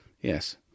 Yes